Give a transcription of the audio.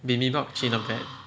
bibimbap actually not bad